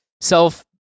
self